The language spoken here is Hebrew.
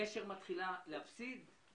נשר מתחילה להפסיד,